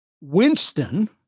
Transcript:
Winston